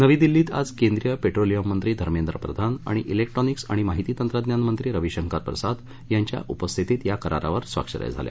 नवी दिल्लीत आज केंद्रीय पेट्रोलियम मंत्री धर्मेंद्र प्रधान आणि त्रिक्ट्रॉनिक्स आणि माहिती तंत्रज्ञान मंत्री रविशंकर प्रसाद यांच्या उपस्थितीत या करारावर स्वाक्ष या झाल्या